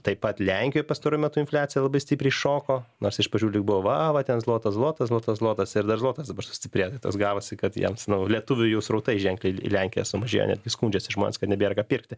taip pat lenkijoj pastaruoju metu infliacija labai stipriai šoko nors iš pradžių lyg buvo va va ten zlotas zlotas zlotas zlotas ir dar zlotas sustiprėjo tai tas gavosi kad jiems nu lietuvių jau srautai ženkliai į lenkija sumažėjo netgi skundžiasi žmonės kad nebėra ką pirkti